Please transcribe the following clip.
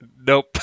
Nope